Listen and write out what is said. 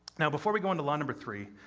and before we go on to law number three,